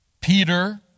Peter